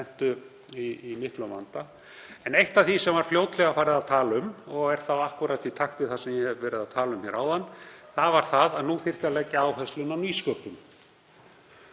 En eitt af því sem var fljótlega farið að tala um, og er akkúrat í takt við það sem ég var að tala um áðan, var að nú þyrfti að leggja áherslu á nýsköpun.